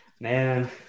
Man